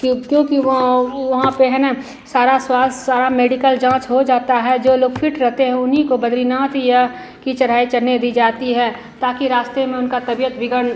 क्यों क्योंकि वह उ वहाँ पर है ना सारा स्वास्थ्य सारी मेडिकल जाँच हो जाती है जो लोग फ़िट रहते हैं उन्हीं को बद्रीनाथ या की चढ़ाई चढ़ने दी जाती है ताकि रास्ते में उनकी तबियत बिगड़